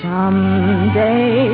Someday